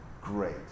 great